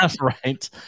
right